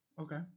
Okay